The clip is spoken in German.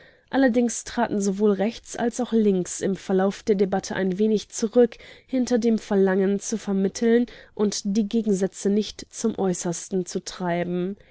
allerdings traten sowohl rechts als auch links im verlauf der debatte ein wenig zurück hinter dem verlangen zu vermitteln und die gegensätze nicht zum äußersten zu treiben